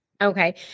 Okay